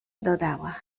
dodała